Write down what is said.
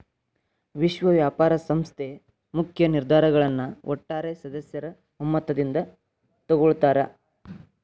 ವಿಶ್ವ ವ್ಯಾಪಾರ ಸಂಸ್ಥೆ ಮುಖ್ಯ ನಿರ್ಧಾರಗಳನ್ನ ಒಟ್ಟಾರೆ ಸದಸ್ಯರ ಒಮ್ಮತದಿಂದ ತೊಗೊಳ್ತಾರಾ